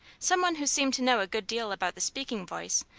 some one who seemed to know a good deal about the speaking voice,